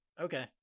okay